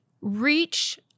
reach